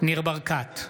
ניר ברקת,